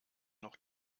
noch